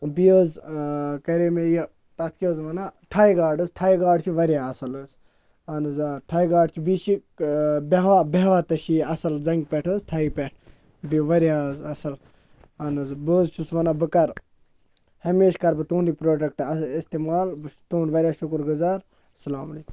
بیٚیہِ حظ کَرے مےٚ یہِ تَتھ کیٛاہ حظ وَنان تھاے گاڈ حظ تھاے گاڈ چھِ واریاہ اَصٕل حظ اہن حظ آ تھاے گاڈ چھِ بیٚیہِ چھِ بِہا بِہا تہِ چھِ یہِ اَصٕل زَنٛگہِ پٮ۪ٹھ حظ تھَیہِ پٮ۪ٹھ بیٚیہِ واریاہ حظ اَصٕل اَہَن حظ بہٕ حظ چھُس وَنان بہٕ کَرٕ ہمیشہٕ کَرٕ بہٕ تُہُنٛدُے پرٛوڈَکٹ اِستعمال بہٕ چھُس تُہُنٛد واریاہ شُکُر گُزار اَسَلامُ علیکُم